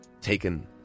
taken